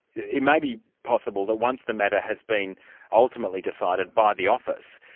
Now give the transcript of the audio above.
it may be possible that once the matter has been ultimately decided by the office,